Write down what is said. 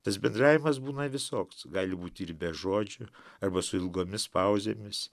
tas bendravimas būna visoks gali būti ir be žodžių arba su ilgomis pauzėmis